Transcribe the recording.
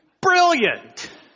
Brilliant